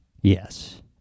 Yes